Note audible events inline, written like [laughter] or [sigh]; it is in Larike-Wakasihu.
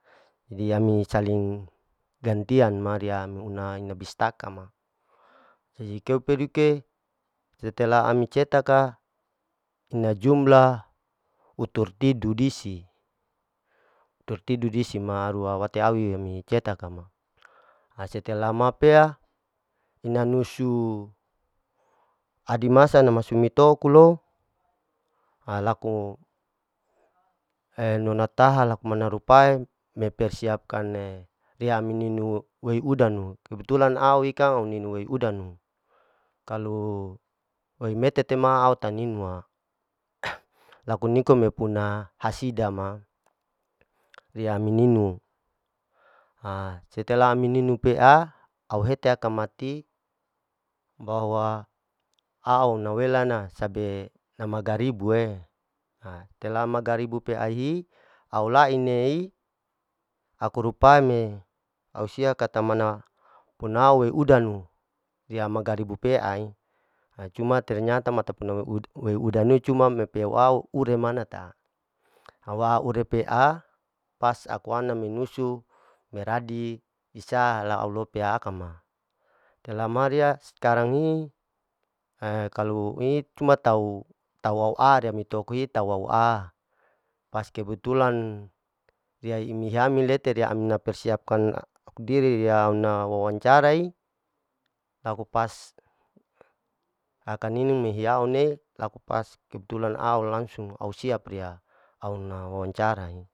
Idi ya ami saling gantian ma, riya ami una pistakan ma jaji keupeduke setelah ami cetaka ina jumlah utur tidu disi, utur tidu disi ma aruwa wate awi ami cetaka ma, ha setelah ma pea ina nusu adimasa ina ami musitokulow [hesitation] laku enona taha laku mane rupae mepersipakan e riya amininu wei udanu, kebutulan awi kang uninu udanu, kalu weimete tama au ta ninu wa, [noise] laku nikome maipuna hasida ma, riya amininu, ha setelah ami ninu pea au hete aka mati bahwa auna welana sabe namagaribu e, [hesitation] setelah magaribu pea hi awalai nei akurupame au sia kata mana puna udanu, pea magaribu pea i, ha cuma ternyata mata puna uda-weudanu cuma mepeau ure manata, awa ure pea pas akuana menusu, meradi, pisa au alopea akama, tela mariya sekarang hi, haa kalau i cuma tau-tau au ariya mitoko hi tau wau a, pas kebutulan riya imi hame lete persiapkan au diri diauna wawancara'i laku pas kaka nining me hiyau nei laku pas kebutulan au langsung au siap riya au na wawancara'i.